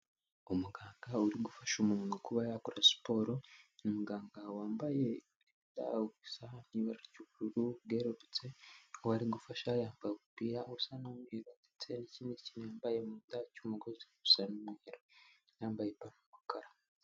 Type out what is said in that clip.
Umuganga uri gufasha umuntu kuba yakora siporo. Ni umuganga wambaye itaburiya isa ibara ry'ubururu bwerurutse uwari gufasha yambaye umupira usa n'umweru ndetse n'ikindi kintu yambaye mu nda cy'umugozi gisa umweru, yambaye ipantaro y'umukara.